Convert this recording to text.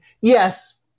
Yes